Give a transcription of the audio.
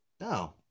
No